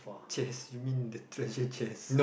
chests you mean the treasure chests